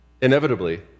Inevitably